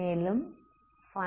மேலும் ஃபைனைட்